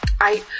I-